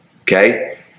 okay